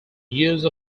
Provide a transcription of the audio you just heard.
use